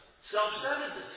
self-centeredness